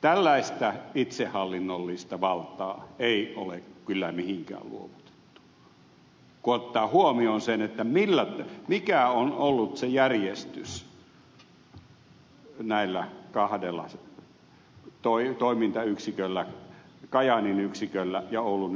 tällaista itsehallinnollista valtaa ei ole kyllä mihinkään luovutettu kun ottaa huomioon sen mikä on ollut se järjestys näillä kahdella toimintayksiköllä kajaanin yksiköllä ja oulun yliopistolla